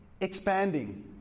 expanding